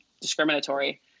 discriminatory